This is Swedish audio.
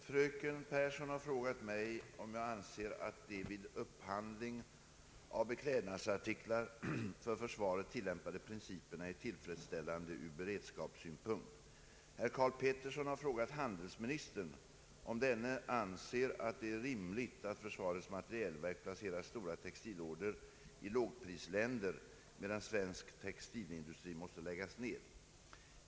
Herr talman! Fröken Pehrsson har frågat mig om jag anser att de vid upphandling av beklädnadsartiklar för försvaret tillämpade principerna är tillfredsställande ur beredskapssynpunkt. Herr Karl Pettersson har frågat handelsministern om denne anser att det är rimligt att försvarets materielverk placerar stora textilorder i lågprisländer medan svensk textilindustri måste läggas ned.